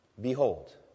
Behold